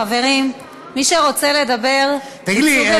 חברים, מי שרוצה לדבר, תצאו בבקשה.